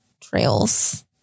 trails